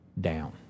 down